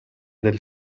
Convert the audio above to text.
del